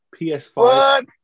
PS5